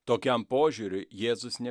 tokiam požiūriui jėzus ne